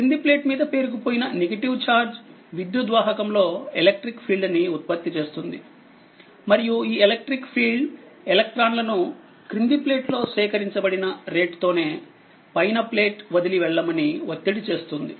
క్రింది ప్లేట్ మీద పేరుకుపోయిన నెగటివ్ ఛార్జ్ విద్యుద్వాహకంలో ఎలక్ట్రిక్ ఫీల్డ్ ని ఉత్పత్తి చేస్తుంది మరియు ఈ ఎలక్ట్రిక్ ఫీల్డ్ ఎలక్ట్రాన్లను క్రింది ప్లేట్లో సేకరించబడిన రేట్ తోనే పైన ప్లేట్ వదిలి వెళ్ళమని వత్తిడి చేస్తుంది